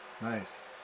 nice